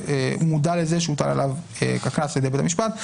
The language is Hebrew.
ומודע לזה שהוטל עליו קנס על ידי בית המשפט,